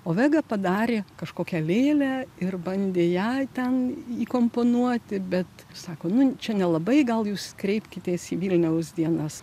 o vega padarė kažkokią lėlę ir bandė ją ten įkomponuoti bet sako nu čia nelabai gal jūs kreipkitės į vilniaus dienas